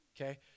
Okay